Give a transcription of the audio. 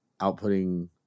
outputting